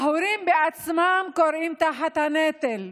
ההורים בעצמם כורעים תחת הנטל.